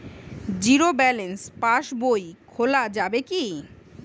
Zero balance পাশ বই খোলা যাবে কি?